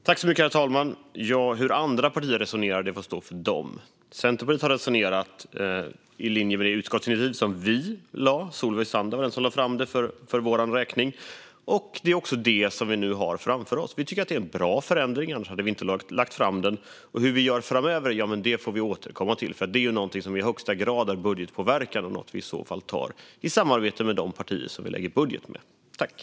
Herr talman! Hur andra partier resonerar får stå för dem. Centerpartiet har resonerat i linje med det utskottsinitiativ som vi lade fram - det var Solveig Zander som lade fram det för vår räkning. Det är också detta vi nu har framför oss. Vi tycker att det är en bra förändring; annars hade vi inte lagt fram den. Hur vi gör framöver får vi återkomma till. Detta är något som i högsta grad är budgetpåverkande och som vi i så fall tar i samarbete med de partier som vi lägger fram en budget med.